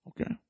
Okay